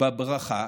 בברכה